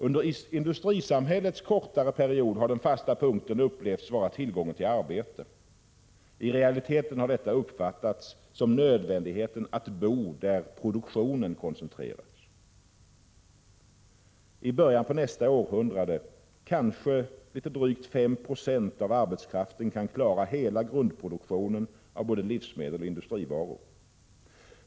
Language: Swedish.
Under industrisamhällets kortare period har den fasta punkten upplevts vara tillgången till arbete. I realiteten har detta uppfattats som nödvändigheten att bo där produktionen koncentrerats. I början på nästa århundrade kanske litet drygt 5 96 av arbetskraften kan klara av hela grundproduktionen av både livsmedel och industrivaror.